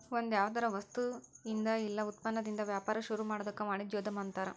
ಒಂದ್ಯಾವ್ದರ ವಸ್ತುಇಂದಾ ಇಲ್ಲಾ ಉತ್ಪನ್ನದಿಂದಾ ವ್ಯಾಪಾರ ಶುರುಮಾಡೊದಕ್ಕ ವಾಣಿಜ್ಯೊದ್ಯಮ ಅನ್ತಾರ